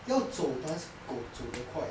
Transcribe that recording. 要走当然是狗走得快